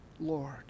Lord